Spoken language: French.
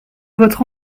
votre